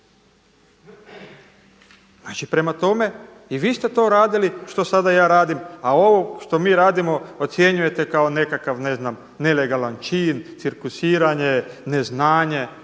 Znači, prema tome i vi ste to radili što sada ja radim a ovo što mi radimo ocjenjujete kao nekakav ne znam nelegalan čin, cirkusiranje, neznanje.